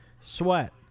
Sweat